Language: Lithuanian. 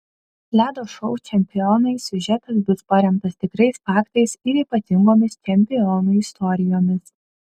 ledo šou čempionai siužetas bus paremtas tikrais faktais ir ypatingomis čempionų istorijomis